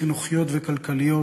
חינוכיות וכלכליות,